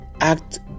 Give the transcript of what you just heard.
act